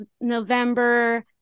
November